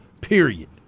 period